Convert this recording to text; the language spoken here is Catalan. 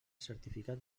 certificat